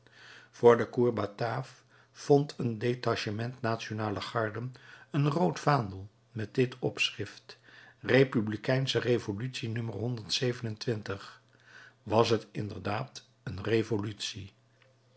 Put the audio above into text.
voor de cour batave vond een detachement nationale garden een rood vaandel met dit opschrift republikeinsche revolutie no was het inderdaad een revolutie